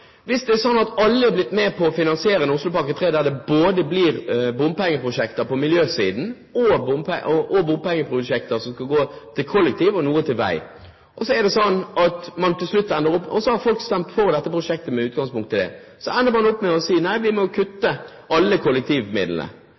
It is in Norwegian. Hvis det er sånn at alle er blitt med på å finansiere Oslopakke 3, der det både blir bompengeprosjekter på miljøsiden og bompengeprosjekter som skal gå til kollektivtransport og noe til vei, og folk har stemt for dette prosjektet med utgangspunkt i det, og så ender man opp med å si at nei, vi må kutte alle kollektivmidlene,